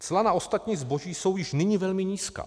Cla na ostatní zboží jsou již nyní velmi nízká.